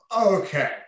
okay